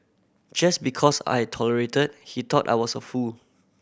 just because I tolerated he thought I was a fool